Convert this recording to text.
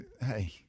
hey